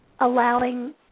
allowing